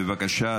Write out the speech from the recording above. בבקשה.